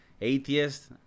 atheist